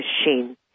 machine